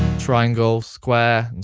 triangles, square,